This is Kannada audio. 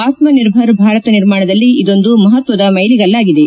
ಆತ್ಮ ನಿರ್ಭರ್ ಭಾರತ್ ನಿರ್ಮಾಣದಲ್ಲಿ ಇದೊಂದು ಮಷತ್ವದ ಮೈಲಿಗಲ್ಲಾಗಿದೆ